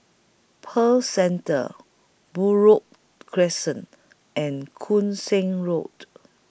Pearl Centre Buroh Crescent and Koon Seng Road